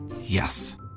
Yes